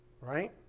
Right